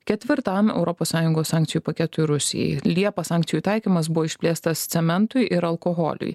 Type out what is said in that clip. ketvirtam europos sąjungos sankcijų paketui rusijai liepą sankcijų taikymas buvo išplėstas cementui ir alkoholiui